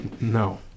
No